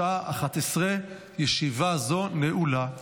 אושרה בקריאה הראשונה ותחזור לדיון בוועדת